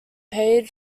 paid